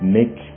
Make